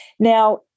Now